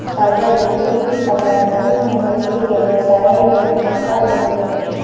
ताजा जलीय संवर्धन से मछरी के व्यवसाय में मुनाफा होत हवे